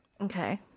Okay